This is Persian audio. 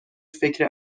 فکر